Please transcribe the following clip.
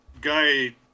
guy